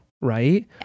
right